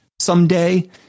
someday